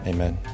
Amen